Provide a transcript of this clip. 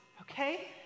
okay